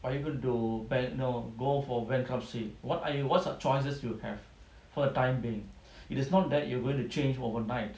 or are you going to no go for bankruptcy what are you what's your choices you have for the time being it is not that you are going to change overnight